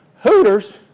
Hooters